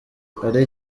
ari